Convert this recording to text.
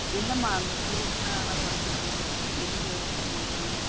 இல்லைம்மா அந்த ஃபீஸ்லாம் அதெல்லாம் குறைக்கிறது இல்லை இருக்குற அமௌண்டு தாம்மா